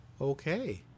Okay